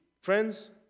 friends